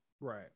Right